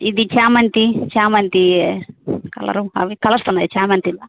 ఇది చామంతి చామంతి కలరు అవి కలర్స్ ఉన్నాయి చామంతిలో